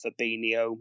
Fabinho